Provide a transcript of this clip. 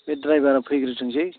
बे द्राइभारा फैग्रोथोंसै